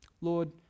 Lord